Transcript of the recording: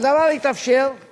והדבר התאפשר מכיוון